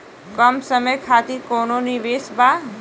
कम समय खातिर कौनो निवेश बा?